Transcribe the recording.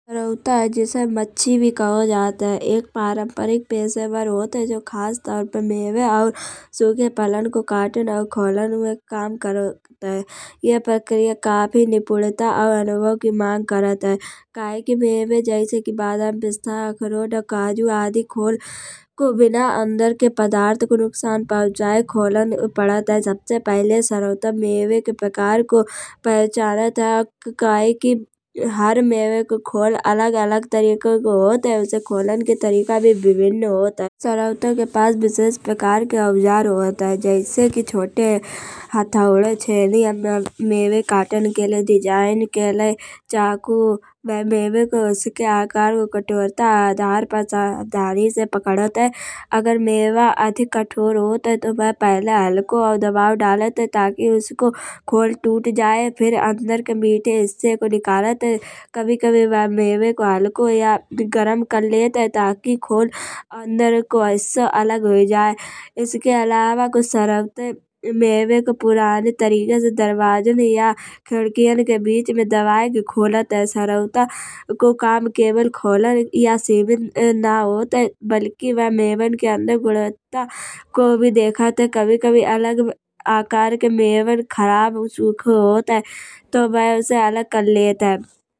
सरौता है जिसे मच्छी भी कहो जात है। एक पारंपरिक पेशेवर होत है। जो खास दाम पर मेवे और सूखे फलों को काटन और खोलन में काम करत है। यह प्रक्रिया काफी निपुणता और अनुभव की मांग करत है। कहे कि मेवे जैसे कि बदाम, पिस्ता, अखरोट और काजू को खोले बिना अंदर के पदार्थ को नुकसान पहुंचाए खोलन पड़त है। सबसे पहले सर्वोत्तम मेवे के प्रकार को पहचानत है। हर मेवे को खोल अलग अलग तरीके को होत है। उसे खोलने के तरीका भी विभिन्न होत है। सरौता के पास विभिन्न प्रकार के औजार होत है। जैसे कि छोटे हथौड़ों, चेनी मेवे काटन के लये डिज़ाइन के लये चाकू मे मेवे को उसके आकार को कठोरता आधार पर सावधानी से पकड़त है। अगर मेवा अधिक कठोर होत है। तौ वे पहले हलके दबाव डालत है। ताकि उसको खोल टूट जाए। फिर अंदर के मीठे हिस्से को निकाल निकालत है। कभी कभी वे मेवे को हलके या गरम कर लेत है। ताकि खोल और अंदर के हिस्से अलग हो जाए। इसके अलावा कुछ सरौते मेवे को पुरानी तरीके से दरवाजे या खिड़कियां के बीच में दबाए के खोलेट है। सरौता को काम केवल खोलन या सेविन ना होत है। बल्कि वह मेवे की अंदर गुणवत्ता को भी देखत है। कभी कभी अलग आकार के मेवे खराब और सूखो होत है। तौ वे उसे अलग कर लेत है।